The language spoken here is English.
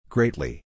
Greatly